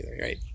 right